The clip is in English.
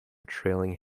trailing